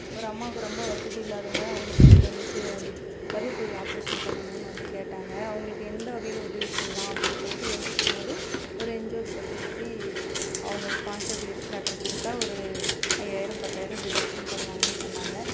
ஒரு அம்மாவுக்கு ரொம்ப வசதி இல்லாதவங்க அவங்களுக்கு எனக்கு வந்துக்கு கர்பப்பை ஆப்ரேஷன் பண்ணணுன்னு வந்து கேட்டாங்க அவங்களுக்கு எந்த வகையில் உதவி செய்யலாம் அப்படின்னு சொல்லிட்டு யோசிச்சிட்டுருக்கும் போது ஒரு என்ஜிஓக்கிட்ட பேசி அவங்க ஸ்பான்சர் லீவ் லெட்டர் கொடுத்தா ஒரு ஐயாயிரம் பத்தாயிரம் டிடக்ஷன் பண்ணுவாங்கன்னு சொன்னாங்க